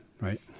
right